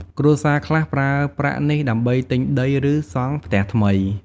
គ្រួសារខ្លះប្រើប្រាក់នេះដើម្បីទិញដី ឬសង់ផ្ទះថ្មី។